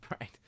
Right